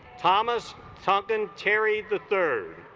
thomas tonkin carried the third